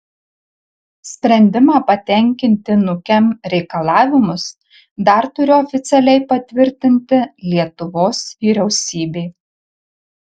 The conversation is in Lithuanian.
sprendimą patenkinti nukem reikalavimus dar turi oficialiai patvirtinti lietuvos vyriausybė